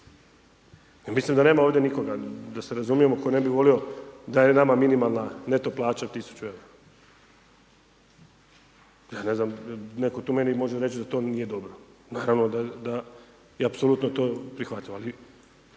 mislim da nema ovdje nikoga da se razumijemo tko ne bi volio da je nama minimalna neto plaća 1.000,00 EUR-a, ja ne znam netko tu meni može reći da to nije dobro. Naravno da je apsolutno to prihvatljivo, ali